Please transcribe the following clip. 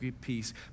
peace